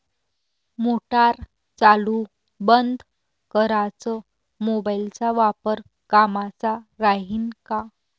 Motor चालू बंद कराच मोबाईलचा वापर कामाचा राहीन का?